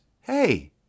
Hey